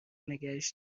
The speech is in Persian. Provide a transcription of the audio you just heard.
نگهش